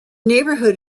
neighborhood